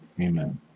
Amen